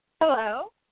Hello